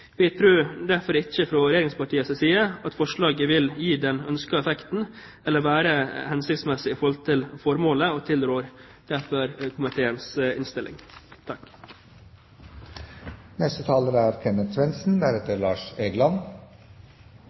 Vi tror derfor ikke fra regjeringspartienes side at forslaget vil gi den ønskede effekten eller være hensiktsmessig i forhold til formålet, og tilrår derfor komiteens innstilling.